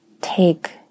take